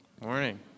Morning